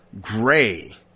gray